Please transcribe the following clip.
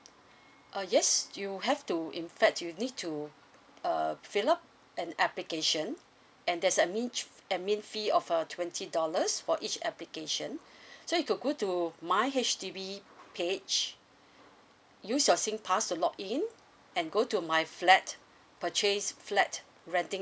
uh yes you have to in fact you need to err fill out an application and there's admin admin fee of uh twenty dollars for each application so you could go to my H_D_B page use your SINGPASS to login and go to my flat purchase flat renting